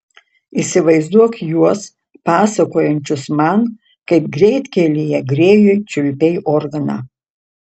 įsivaizduok juos pasakojančius man kaip greitkelyje grėjui čiulpei organą